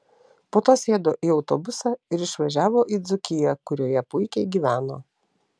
po to sėdo į autobusą ir išvažiavo į dzūkiją kurioje puikiai gyveno